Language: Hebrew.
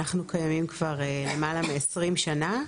אנחנו קיימים כבר למעלה מ-20 שנה.